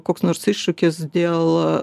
koks nors iššūkis dėl